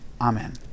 Amen